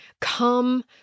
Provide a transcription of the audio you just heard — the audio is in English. Come